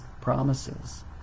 promises